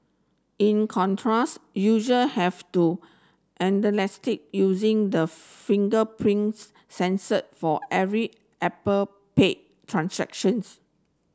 in contrast usual have to using the fingerprint sensor for every Apple Pay transactions